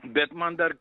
bet man dar